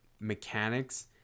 mechanics